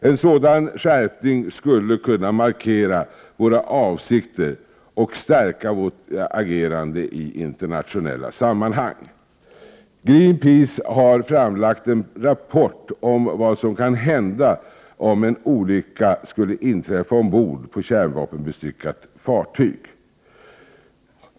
En sådan skärpning skulle kunna markera våra avsikter och stärka vårt agerande i internationella sammanhang. Greenpeace har tagit fram en rapport om vad som kan hända om en olycka skulle inträffa ombord på ett kärnvapenbestyckat fartyg.